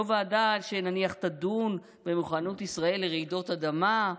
לא ועדה שנניח תדון במוכנות ישראל לרעידות אדמה,